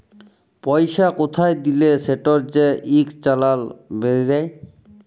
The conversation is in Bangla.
পইসা কোথায় দিলে সেটর যে ইক চালাল বেইরায়